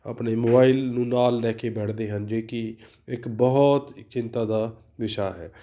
ਆਪਣੇ ਮੋਬਾਈਲ ਨੂੰ ਨਾਲ ਲੈ ਕੇ ਬੈਠਦੇ ਹਨ ਜੋ ਕਿ ਇੱਕ ਬਹੁਤ ਚਿੰਤਾ ਦਾ ਵਿਸ਼ਾ ਹੈ